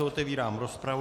Otevírám rozpravu.